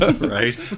right